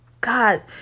God